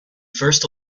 first